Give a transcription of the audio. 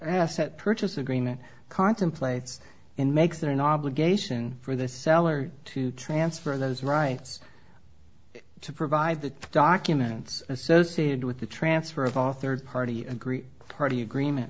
asset purchase agreement contemplates and makes it an obligation for the seller to transfer those rights to provide the documents associated with the transfer of a third party and great party agreement